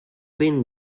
being